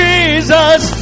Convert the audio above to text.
Jesus